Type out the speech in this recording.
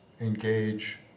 engage